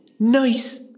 Nice